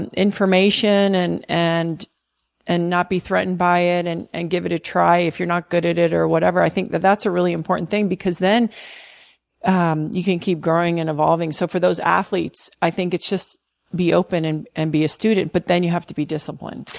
information and and not be threatened by it and and give it a try if you're not good at it or whatever. i think that that's a really important thing because then um you can keep growing and evolving. so for those athletes, i think it's just be open and and be a student, but then you have to be disciplined.